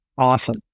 Awesome